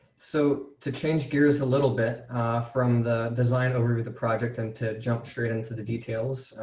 so to change gears a little bit from the design over the project and to jump straight into the details.